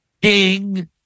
ding